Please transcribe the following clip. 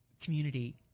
community